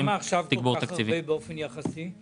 למה עכשיו כל כך הרבה באופן יחסי?